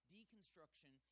Deconstruction